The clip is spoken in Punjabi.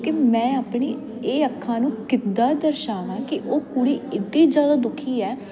ਕਿ ਮੈਂ ਆਪਣੀ ਇਹ ਅੱਖਾਂ ਨੂੰ ਕਿੱਦਾਂ ਦਰਸਾਵਾਂ ਕਿ ਉਹ ਕੁੜੀ ਇੱਡੀ ਜ਼ਿਆਦਾ ਦੁਖੀ ਹੈ